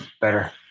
better